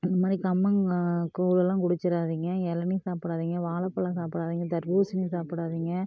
இந்த மாதிரி கம்மங் கூழெல்லாம் குடிச்சுறாதிங்க இளநீ சாப்பிடாதிங்க வாழைப்பழம் சாப்பிடாதிங்க தர்பூசணி சாப்பிடாதிங்க